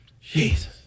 Jesus